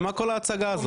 למה כל ההצגה הזאת?